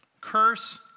Curse